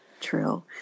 True